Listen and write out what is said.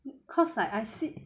cause like I see